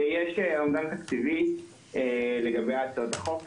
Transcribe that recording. יש אומדן תקציבי לגבי הצעות החוק,